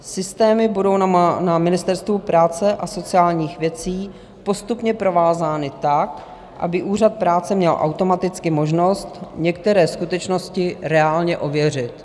Systémy budou na Ministerstvu práce a sociálních věcí postupně provázány tak, aby Úřad práce měl automaticky možnost některé skutečnosti reálně ověřit.